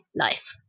life